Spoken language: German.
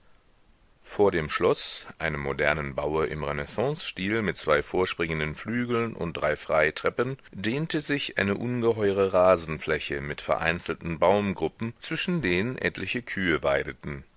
vor dem schloß einem modernen baue im renaissancestil mit zwei vorspringenden flügeln und drei freitreppen dehnte sich eine ungeheure rasenfläche mit vereinzelten baumgruppen zwischen denen etliche kühe weideten